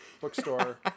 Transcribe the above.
bookstore